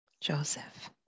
Joseph